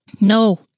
No